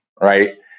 right